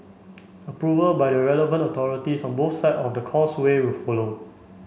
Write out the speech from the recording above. approval by the relevant authorities on both side of the Causeway will follow